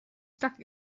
stuck